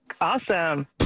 Awesome